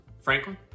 Franklin